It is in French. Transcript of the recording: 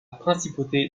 principauté